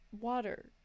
water